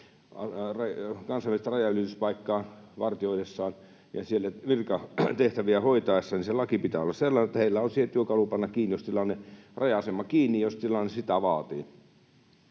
kansainvälistä rajanylityspaikkaa vartioidessaan ja siellä virkatehtäviä hoitaessaan, niin lain pitää olla sellainen, että heillä on työkalu panna raja-asema kiinni, jos tilanne sitä vaatii.